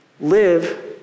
Live